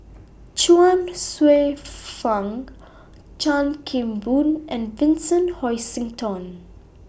Chuang Hsueh Fang Chan Kim Boon and Vincent Hoisington